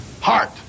Heart